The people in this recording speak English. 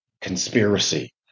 conspiracy